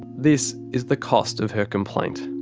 this is the cost of her complaint.